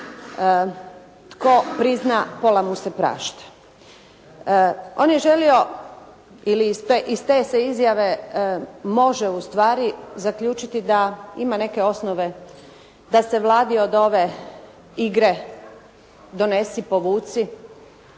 “tko prizna pola mu se prašta“. On je želio ili iz te se izjave može u stvari zaključiti da ima neke osnove da se Vladi od ove igre donesi povuci